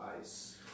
ice